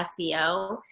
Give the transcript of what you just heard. SEO